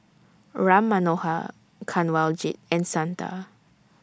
Ram Manohar Kanwaljit and Santha